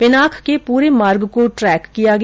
पिनाक के पूरे मार्ग को ट्रेक किया गया